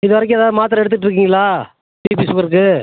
இது வரைக்கும் ஏதா மாத்திரை எடுத்துகிட்டுருக்கிங்ளா பீபி ஷுகருக்கு